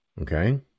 Okay